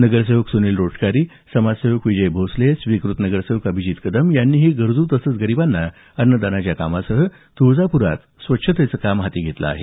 नगरसेवक सुनिल रोचकारी समाजसेवक विजय भोसले स्वीकृत नगरसेवक अभिजित कदम यांनीही गरजू तसंच गरीबांना अन्नदानाच्या कामासाह तुळजापूरात स्वच्छतेचं काम हाती घेतलं आहे